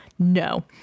no